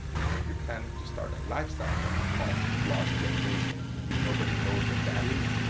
so if you're planning to start a lifestyle brand called floss generation and nobody knows what that is,